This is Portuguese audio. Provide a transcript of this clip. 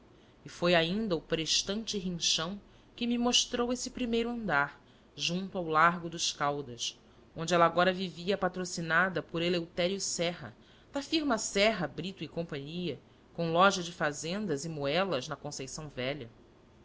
e foi ainda o prestante rinchão que me mostrou esse primeiro andar junto ao largo dos caídas onde ela agora vivia patrocinada por eleutério serra da firma serra brito cia com loja de fazendas e modas na conceição velha